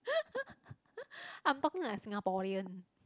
I'm talking like a Singaporean